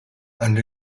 and